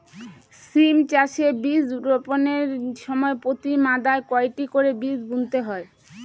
সিম চাষে বীজ বপনের সময় প্রতি মাদায় কয়টি করে বীজ বুনতে হয়?